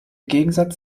gegensatz